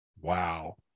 wow